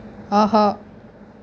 ஆஹா